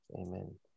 Amen